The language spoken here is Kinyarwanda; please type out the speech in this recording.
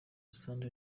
sunday